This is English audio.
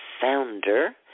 founder